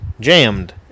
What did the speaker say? jammed